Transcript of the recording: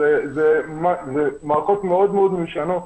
אלה מערכות מאוד ישנות.